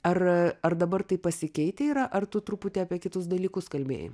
ar ar dabar tai pasikeitę yra ar tu truputį apie kitus dalykus kalbėjai